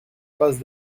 passe